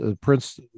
Prince